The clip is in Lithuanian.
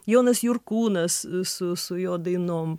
jonas jurkūnas su su jo dainom